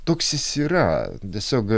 toks jis yra tiesiog